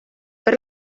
per